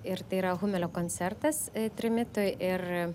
ir tai yra humelio koncertas trimitui ir